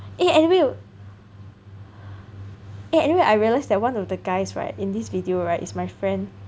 oh anyway ya anyway I realised that one of the guys right in this video right is my friend